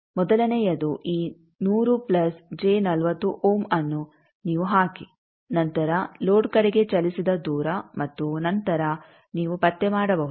ಆದ್ದರಿಂದ ಮೊದಲನೆಯದು ಈ ಅನ್ನು ನೀವು ಹಾಕಿ ನಂತರ ಲೋಡ್ ಕಡೆಗೆ ಚಲಿಸಿದ ದೂರ ಮತ್ತು ನಂತರ ನೀವು ಪತ್ತೆ ಮಾಡಬಹುದು